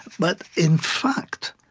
but in fact,